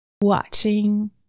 Watching